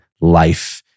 life